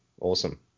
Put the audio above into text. Awesome